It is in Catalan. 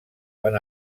van